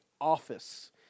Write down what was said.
office